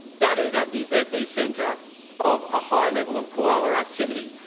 that is at the epicentre of a high level of koala activity.